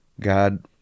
God